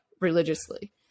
religiously